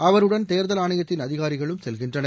அவருடன் தேர்தல் ஆணையத்தின் அதிகாரிகளும் செல்கின்றனர்